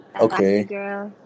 Okay